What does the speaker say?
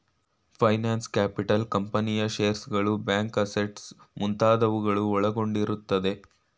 finance capital ಕಂಪನಿಯ ಶೇರ್ಸ್ಗಳು, bank assets ಮುಂತಾದವುಗಳು ಒಳಗೊಂಡಿರುತ್ತದೆ